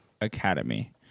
Academy